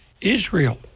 Israel